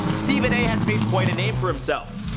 stephen a has made quite a name for himself.